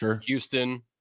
Houston